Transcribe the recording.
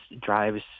drives